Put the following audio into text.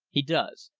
he does.